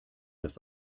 das